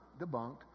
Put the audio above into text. debunked